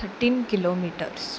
thirteen kilometers